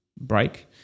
break